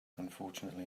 unfortunately